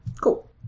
Cool